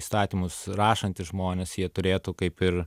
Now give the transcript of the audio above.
įstatymus rašantys žmonės jie turėtų kaip ir